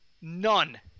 None